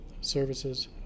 services